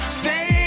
stay